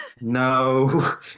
no